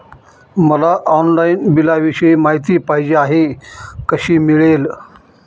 मला ऑनलाईन बिलाविषयी माहिती पाहिजे आहे, कशी मिळेल?